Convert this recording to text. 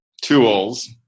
tools